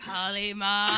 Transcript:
Kalima